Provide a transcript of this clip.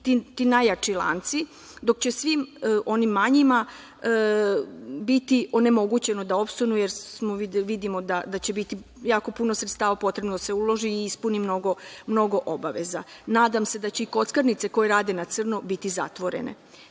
ti najjači lanci, dok će svim onim manjima biti onemogućeno da opstanu, jer vidimo da će biti jako puno sredstava potrebno da se uloži i ispuni mnogo obaveza. Nadam se da će i kockarnice koje rade na crno biti zatvorene. Stari